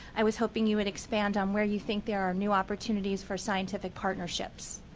i was hoping you would expand on where you think there are new opportunities for scientific partnerships.